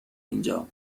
اینجا